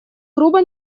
грубо